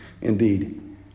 Indeed